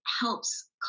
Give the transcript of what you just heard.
helps